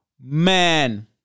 man